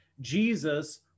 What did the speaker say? Jesus